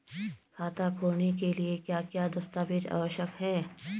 खाता खोलने के लिए क्या क्या दस्तावेज़ आवश्यक हैं?